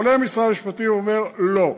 עולה משרד המשפטים, אומר: לא,